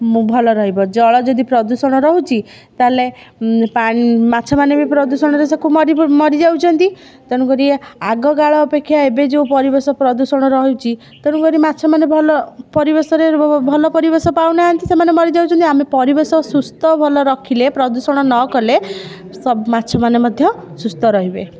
ମ ଭଲ ରହିବ ଜଳ ଯଦି ପ୍ରଦୂଷଣ ରହୁଛି ତା'ହେଲେ ପାଣ ମାଛମାନେ ବି ପ୍ରଦୂଷଣରେ ସାକୁ ମ ମରି ମରିଯାଉଛନ୍ତି ତେଣୁକରି ଆଗକାଳ ଅପେକ୍ଷା ଏବେ ଯେଉଁ ପରିବେଶ ପ୍ରଦୂଷଣ ରହୁଛି ତେଣୁ କରି ମାଛମାନେ ଭଲ ପରିବେଶରେ ଭଲ ପରିବେଶ ପାଉନାହାଁନ୍ତି ସେମାନେ ମରିଯାଉଛନ୍ତି ଆମେ ପରିବେଶ ସୁସ୍ଥ ଭଲ ରଖିଲେ ପ୍ରଦୂଷଣ ନକଲେ ମାଛମାନେ ମଧ୍ୟ ସୁସ୍ଥ ରହିବେ